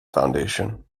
foundation